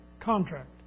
contract